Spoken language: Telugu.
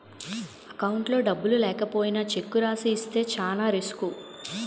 అకౌంట్లో డబ్బులు లేకపోయినా చెక్కు రాసి ఇస్తే చానా రిసుకు